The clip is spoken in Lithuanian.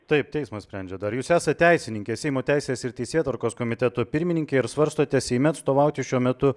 taip teismas sprendžia dar jūs esat teisininkė seimo teisės ir teisėtvarkos komiteto pirmininkė ir svarstote seime atstovauti šiuo metu